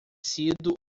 sido